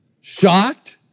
shocked